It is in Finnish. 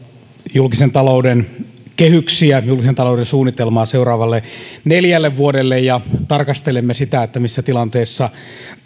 julkisen talouden kehyksiä julkisen talouden suunnitelmaa seuraavalle neljälle vuodelle ja tarkastelemme sitä missä tilanteessa